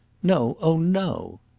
no! oh, no!